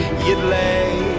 you'd lay,